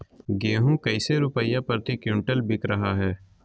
गेंहू कैसे रुपए प्रति क्विंटल बिक रहा है?